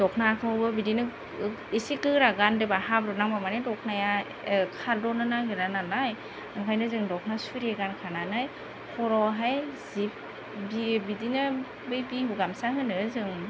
दख'नाखौबो बिदिनो एसे गोरा गानदोंब्ला हाब्रु नांब्ला माने दखनाया खारदनो नागिरा नालाय ओंखायनो जों दखना सुरि गानखानानै खर'आवहाय जि बिदिनो बै बिहु गामसा होनो जों